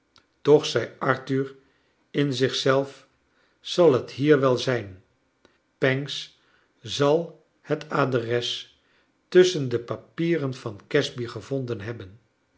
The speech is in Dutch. toch zei arthur in zich zelf zal het hier wel zijn pancks zal het adres tusschen de papieren van casby gevonden hebben